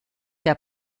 der